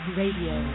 radio